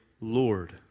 Lord